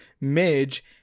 Midge